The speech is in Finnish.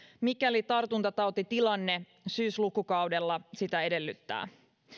mikäli tartuntatautitilanne syyslukukaudella sitä edellyttää